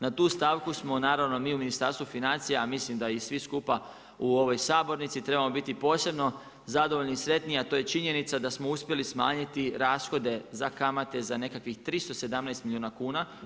Na tu stavku smo mi u Ministarstvu financija, a mislim da i svi skupa u ovoj sabornici trebamo biti posebno zadovoljni i sretni, a to je činjenica da smo uspjeli smanjiti rashode za kamate za nekakvih 317 milijuna kuna.